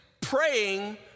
praying